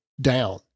down